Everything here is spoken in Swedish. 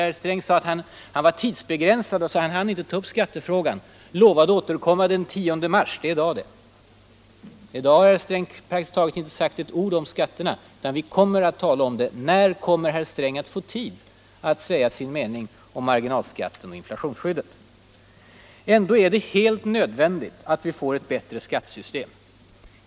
Herr Sträng sade att han var tidsbegränsad och inte hann ta upp skattefrågan. Han lovade återkomma den 10 mars. Det är i dag det. I dag har herr Sträng praktiskt taget inte sagt ett ord om skatterna. Men vi kommer alltså att tala om det. När kommer herr Sträng att få tid att säga sin mening om marginalskatten och inflationsskyddet? Ändå är det helt nödvändigt att vi får ett bättre skattesystem.